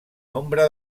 nombre